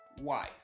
wife